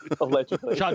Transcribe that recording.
Allegedly